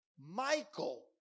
Michael